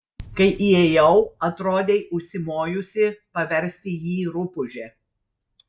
kai įėjau atrodei užsimojusi paversti jį rupūže